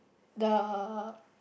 the